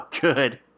good